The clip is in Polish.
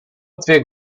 dwie